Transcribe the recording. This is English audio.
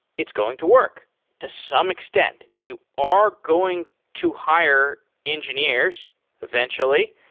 it's going to work to some extent. you are going to hire engineers eventually.